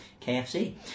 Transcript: KFC